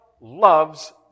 loves